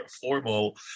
formal